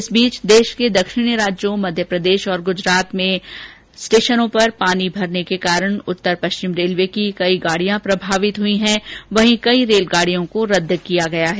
उधर देष के दक्षिण राज्यों मध्यप्रदेष और गुजरात में स्टेषनों पर पानी भरने के कारण उत्तर पष्विम रेलवे की कई गाड़ियां प्रभावित हुई हैं वहीं कई रेलगाड़ियों को रद्द किया गया है